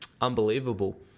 unbelievable